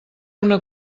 una